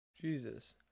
Jesus